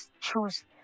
choose